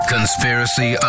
Conspiracy